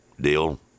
deal